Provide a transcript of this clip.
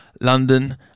London